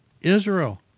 Israel